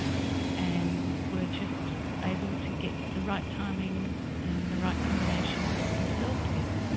and were just able to get the right timing and the right combination of cells together.